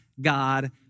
God